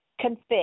confess